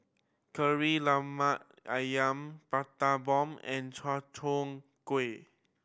Kari Lemak Ayam Prata Bomb and chai tow kway